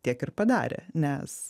tiek ir padarė nes